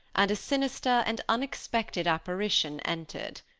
and a sinister and unexpected apparition entered.